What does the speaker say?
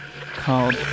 called